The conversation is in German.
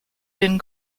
den